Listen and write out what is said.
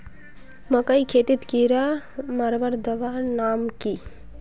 मकई खेतीत कीड़ा मारवार दवा नाम की?